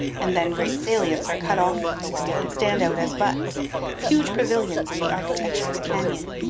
and then great salients are cut off from the wall and stand out as buttes huge pavilions in the architecture of the canyon.